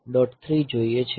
3 જોઈએ છે